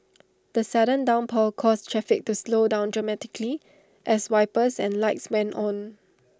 the sudden downpour caused traffic to slow down dramatically as wipers and lights went on